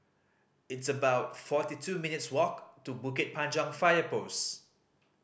it's about forty two minutes' walk to Bukit Panjang Fire Post